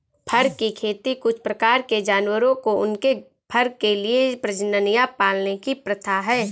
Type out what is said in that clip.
फर की खेती कुछ प्रकार के जानवरों को उनके फर के लिए प्रजनन या पालने की प्रथा है